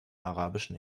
arabischen